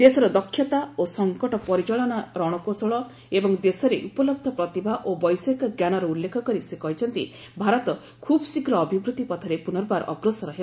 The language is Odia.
ଦେଶର ଦକ୍ଷତା ଓ ସଂକଟ ପରିଚାଳନା ରଣକୌଶଳ ଏବଂ ଦେଶରେ ଉପଲବ୍ଧ ପ୍ରତିଭା ଓ ବୈଷୟିକଜ୍ଞାନର ଉଲ୍ଲେଖ କରି ସେ କହିଛନ୍ତି ଭାରତ ଖୁବ୍ ଶୀଘ୍ର ଅଭିବୃଦ୍ଧି ପଥରେ ପୁନର୍ବାର ଅଗ୍ରସର ହେବ